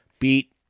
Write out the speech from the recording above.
beat